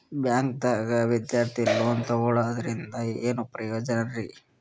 ಬ್ಯಾಂಕ್ದಾಗ ವಿದ್ಯಾರ್ಥಿ ಲೋನ್ ತೊಗೊಳದ್ರಿಂದ ಏನ್ ಪ್ರಯೋಜನ ರಿ?